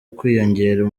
kwiyongera